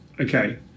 Okay